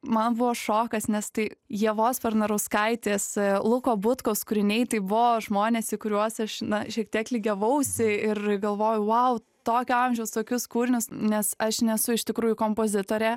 man buvo šokas nes tai ievos parnarauskaitės luko butkaus kūriniai tai buvo žmonės į kuriuos aš na šiek tiek lygiavausi ir galvojau vau tokio amžiaus tokius kūrinius nes aš nesu iš tikrųjų kompozitorė